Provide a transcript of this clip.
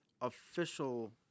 official